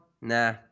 nah